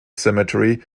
cemetery